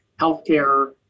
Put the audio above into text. healthcare